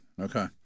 Okay